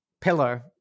pillar